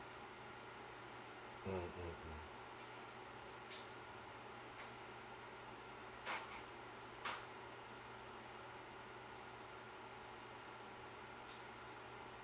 mm hmm hmm